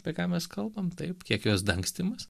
tai ką mes kalbam taip kiek jos dangstymas